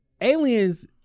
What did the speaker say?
Aliens